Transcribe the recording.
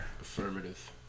Affirmative